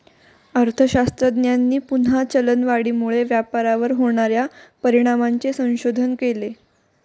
अर्थशास्त्रज्ञांनी पुन्हा चलनवाढीमुळे व्यापारावर होणार्या परिणामांचे संशोधन केले